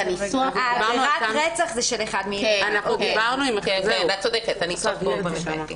עבירת הרצח היא של אחד --- אני אבהיר,